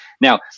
Now